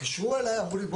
התקשרו אליי ואמרו לי,